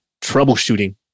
troubleshooting